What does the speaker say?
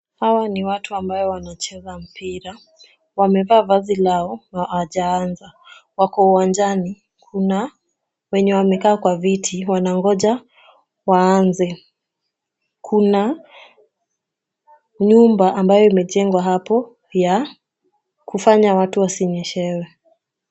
Hawa ni watu ambao wanacheza mpira. Wamevaa vazi lao na hawajaanza. Wako uwanjani. Kuna wenye wamekaa kwa viti. Wanangoja waanze. Kuna nyumba ambayo imejengwa hapo ya kufanya watu wasinyeshewe.